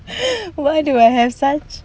why do I have such